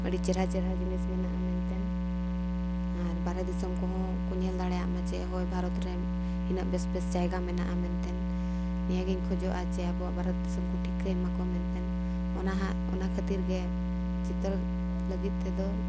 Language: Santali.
ᱟᱹᱰᱤ ᱪᱮᱨᱦᱟ ᱪᱮᱦᱨᱟ ᱡᱤᱱᱤᱥ ᱢᱮᱱᱟᱜᱼᱟ ᱢᱮᱱᱛᱮ ᱟᱨ ᱵᱟᱨᱦᱮ ᱫᱤᱥᱚᱢ ᱠᱚᱦᱚᱸ ᱠᱚ ᱧᱮᱞ ᱫᱟᱲᱮᱭᱟᱜ ᱢᱟ ᱡᱮ ᱦᱳᱭ ᱵᱷᱟᱨᱚᱛ ᱨᱮ ᱩᱱᱟᱹ ᱵᱮᱥ ᱵᱮᱥ ᱡᱟᱭᱜᱟ ᱢᱮᱱᱟᱜᱼᱟ ᱢᱮᱱᱛᱮ ᱱᱤᱭᱟᱹᱜᱤᱧ ᱠᱷᱚᱡᱚᱜᱼᱟ ᱡᱮ ᱟᱵᱚᱣᱟᱜ ᱵᱷᱟᱨᱚᱛ ᱫᱤᱥᱚᱢ ᱠᱚ ᱴᱷᱤᱠᱟᱹᱭ ᱮᱢᱟᱟᱠᱚ ᱢᱮᱱᱛᱮᱱ ᱚᱱᱟ ᱱᱟᱦᱟᱸᱜ ᱚᱱᱟ ᱠᱷᱟᱹᱛᱤᱨ ᱜᱮ ᱪᱤᱛᱟᱹᱨ ᱞᱟᱹᱜᱤᱫ ᱛᱮᱫᱚ